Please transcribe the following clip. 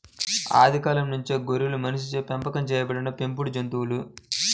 ఆది కాలం నుంచే గొర్రెలు మనిషిచే పెంపకం చేయబడిన పెంపుడు జంతువులు